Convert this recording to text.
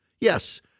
Yes